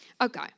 Okay